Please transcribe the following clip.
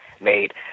made